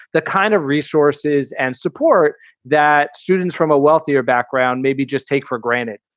the kind of resources and support that students from a wealthier background maybe just take for granted.